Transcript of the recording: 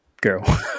girl